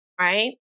Right